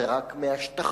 זה רק מהשטחים,